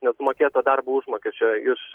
nesumokėto darbo užmokesčio iš